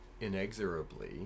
inexorably